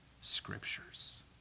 scriptures